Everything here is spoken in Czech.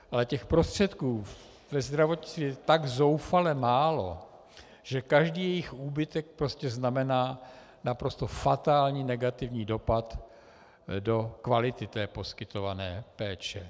Ale těch prostředků ve zdravotnictví je tak zoufale málo, že každý jejich úbytek prostě znamená naprosto fatální negativní dopad do kvality poskytované péče.